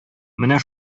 менә